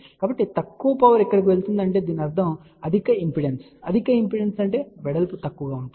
కాబట్టి తక్కువ పవర్ ఇక్కడకు వెళుతోంది అంటే దీని అర్థం అధిక ఇంపెడెన్స్ అధిక ఇంపిడెన్స్ అంటే వెడల్పు తక్కువ గా ఉంటుంది